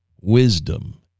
wisdom